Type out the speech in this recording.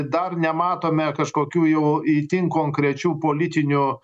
dar nematome kažkokių jau itin konkrečių politinių